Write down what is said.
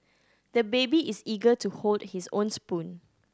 the baby is eager to hold his own spoon